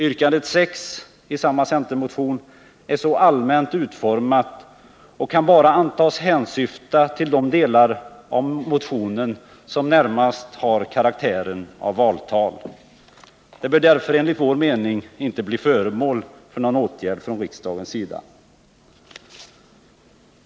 Yrkande 6 i samma centermotion är mycket allmänt utformat och kan bara antas hänsyfta på de delar av motionen som närmast har karaktären av valtal. Det bör därför enligt vår mening inte bli föremål för någon åtgärd från riksdagens sida.